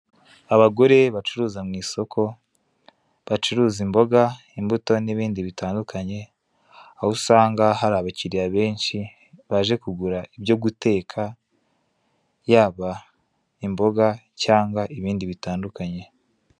Abagore bacuruza mu isoko bacuruza imboga, imbuto n'ibindi bitandukanye aho usanga hari abakiriya benshi baje kugura ibyo guteka yaba imboga cyangwa ibindi bitandukanye.